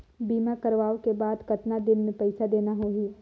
बीमा करवाओ के बाद कतना दिन मे पइसा देना हो ही?